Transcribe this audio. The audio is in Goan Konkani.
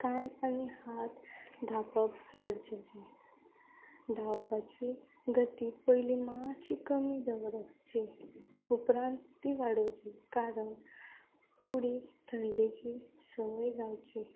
कान आनी हात धांपप गरजेचें धांवपाची गती पयली मात्शी कमी दवरपाची उपरांत ती वाडोवची कारण कुडीक थंडेची संवय जावची